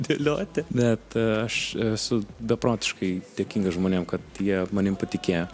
dėlioti net aš esu beprotiškai dėkingas žmonėm kad jie manim patikėjo